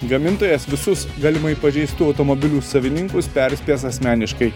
gamintojas visus galimai pažeistų automobilių savininkus perspės asmeniškai